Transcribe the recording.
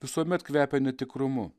visuomet kvepia netikrumu